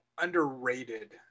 underrated